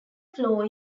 floor